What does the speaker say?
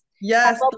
yes